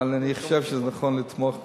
אבל אני חושב שזה נכון לתמוך בזה,